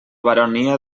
baronia